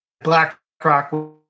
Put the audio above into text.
BlackRock